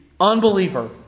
unbeliever